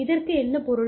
இதற்கு என்ன பொருள்